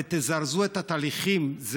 ותזרזו את התהליכים,